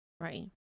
right